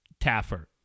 Taffer